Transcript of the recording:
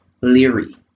Leary